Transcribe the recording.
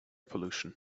pollution